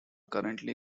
currently